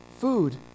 food